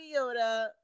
Yoda